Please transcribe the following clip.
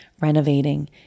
renovating